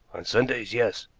sundays, yes.